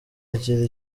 agira